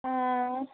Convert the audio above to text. ಹಾಂ